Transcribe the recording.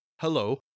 hello